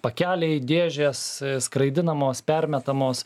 pakeliai dėžės skraidinamos permetamos